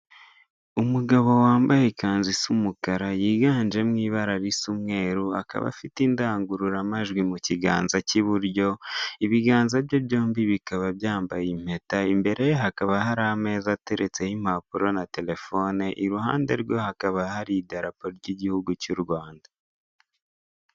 Umugabo wambaye ikanzu isa umukara, yiganjemo ibara risa umweru, akaba afite indangururamajwi mu kiganza cy'iburyo, ibiganza bye byombi bikaba byambaye impeta, imbere hakaba hari ameza ateretseho impapuro na telefone, iruhande rwe hakaba hari idarapo ry'igihugu cy'u Rwanda.